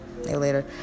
later